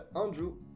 Andrew